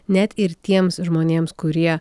net ir tiems žmonėms kurie